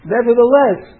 Nevertheless